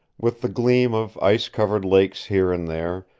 with the gleam of ice-covered lakes here and there,